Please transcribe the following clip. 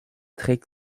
très